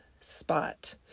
Spot